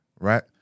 right